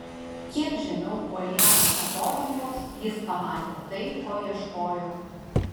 kiek žemiau uolienos atodangos jis pamatė tai ko ieškojo